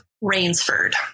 Rainsford